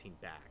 back